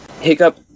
Hiccup